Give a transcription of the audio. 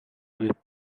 with